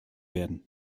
werden